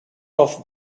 off